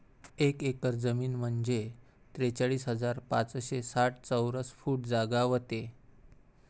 एक एकर जमीन म्हंजे त्रेचाळीस हजार पाचशे साठ चौरस फूट जागा व्हते